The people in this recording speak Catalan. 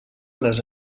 les